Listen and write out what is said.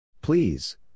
Please